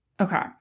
Okay